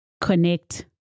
connect